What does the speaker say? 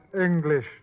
English